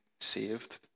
saved